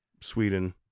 Sweden